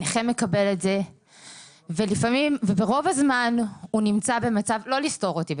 הנכה מקבל את זה ------ לא לסתור אותי,